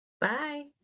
Bye